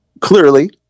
Clearly